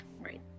right